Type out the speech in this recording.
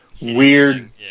weird